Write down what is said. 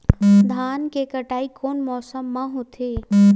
धान के कटाई कोन मौसम मा होथे?